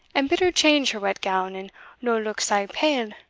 and bid her change her wet gown, and no' look sae pale.